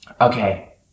okay